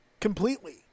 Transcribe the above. Completely